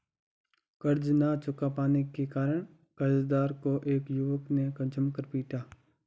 कर्ज ना चुका पाने के कारण, कर्जदार को एक युवक ने जमकर पीटा